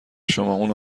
شما، اون